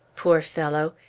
poor fellow!